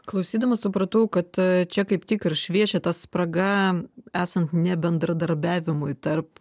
klausydama supratau kad čia kaip tik ir šviečia ta spraga esant ne bendradarbiavimui tarp